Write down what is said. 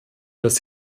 dass